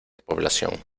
población